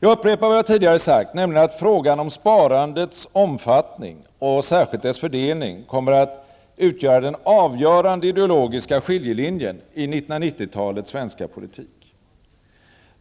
Jag upprepar vad jag tidigare sagt, nämligen att frågan om sparandets omfattning, och särskilt dess fördelning, kommer att utgöra den avgörande ideologiska skiljelinjen i 1990-talets svenska politik.